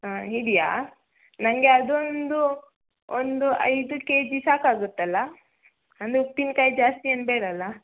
ಹಾಂ ಇದೆಯಾ ನನ್ಗೆ ಅದೊಂದು ಒಂದು ಐದು ಕೆ ಜಿ ಸಾಕಾಗುತ್ತಲ್ಲ ಅಂದ್ರೆ ಉಪ್ಪಿನಕಾಯಿ ಜಾಸ್ತಿ ಏನು ಬೇಡ ಅಲ್ಲಾ